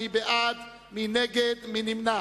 מי בעד, מי נגד, מי נמנע?